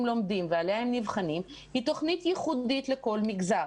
לומדים ועליה הם נבחנים היא תוכנית ייחודית לכל מגזר,